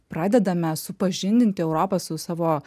pradedame supažindinti europą su savo